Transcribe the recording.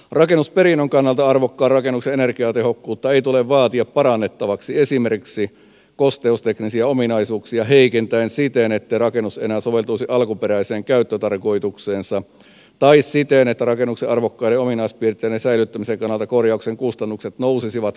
rakennusperinnön kannalta arvokkaan rakennuksen energiatehokkuutta ei tule vaatia parannettavaksi esimerkiksi kosteusteknisiä ominaisuuksia heikentäen siten ettei rakennus enää soveltuisi alkuperäiseen käyttötarkoitukseensa tai siten että rakennuksen arvokkaiden ominaispiirteiden säilyttämisen kannalta korjauksen kustannukset nousisivat kohtuuttomiksi